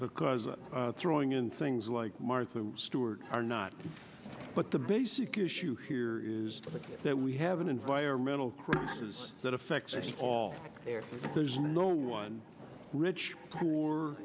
because i'm throwing in things like martha stewart or not but the basic issue here is that we have an environmental is that affects us all there's no one rich